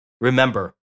Remember